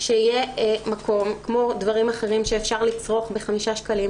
שיהיה מקום כמו דברים אחרים שאפשר לסרוק בחמישה שקלים,